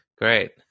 Great